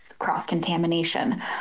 cross-contamination